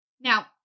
Now